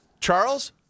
Charles